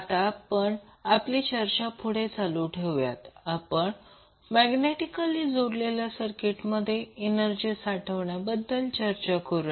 आता आपण आपली चर्चा पुढे चालू ठेवूया आणि आपण मॅग्नेटिकली जोडलेल्या सर्किटमध्ये एनर्जी साठवण्याबद्दल चर्चा करूया